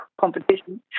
competition